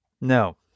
No